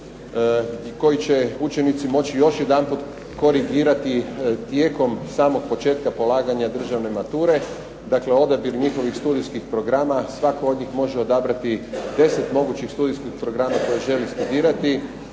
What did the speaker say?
koji će učenici moći još jedanput korigirati tijekom samog početka polaganja državne mature, dakle odabir njihovih studijskih programa. Svatko od njih može odabrati 10 mogućih studijskih programa koje želi studirati.